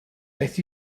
beth